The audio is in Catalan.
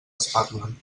espatlen